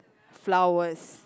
flowers